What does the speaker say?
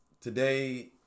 Today